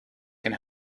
can